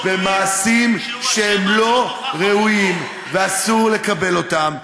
במעשים שהם לא ראויים ואסור לקבל אותם.